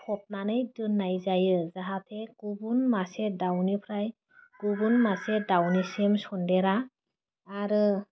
फबनानै दोननाय जायो जाहाथे गुबुन मासे दावनिफ्राय गुबुन मासे दावनिसिम सन्देरा आरो